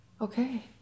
okay